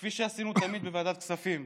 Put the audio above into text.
כפי שעשינו תמיד בוועדת הכספים,